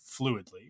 fluidly